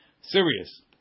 serious